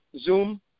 Zoom